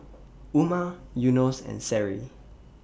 Umar Yunos and Seri